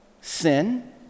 sin